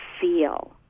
feel